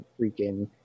freaking